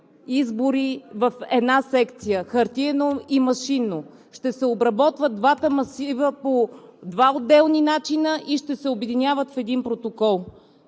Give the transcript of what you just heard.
избори в една секция – хартиено и машинно. Ще се обработват двата масива по два отделни начина и ще се обединяват в един протокол.